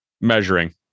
measuring